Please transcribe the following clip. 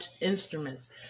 instruments